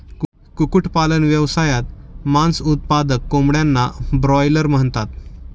कुक्कुटपालन व्यवसायात, मांस उत्पादक कोंबड्यांना ब्रॉयलर म्हणतात